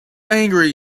angry